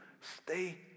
Stay